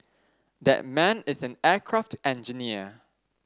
that man is an aircraft engineer